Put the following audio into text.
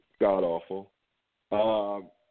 god-awful